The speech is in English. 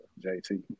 JT